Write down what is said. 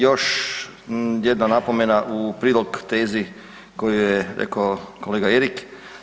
Evo, još jedna napomena u prilog tezi koju je rekao kolega Erik.